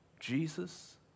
Jesus